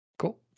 cool